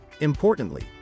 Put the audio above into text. Importantly